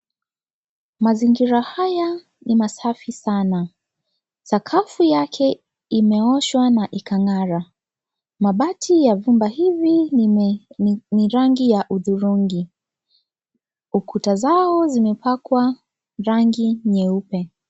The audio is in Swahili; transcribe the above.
Mazingira haya ni masafi sana. Sakafu yake imeoshwa na ikang'ara. Mabati ya vyumba hivi ni rangi ya udhurungi. Ukuta zao zimepakwa rangi nyeupe.